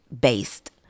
based